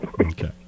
Okay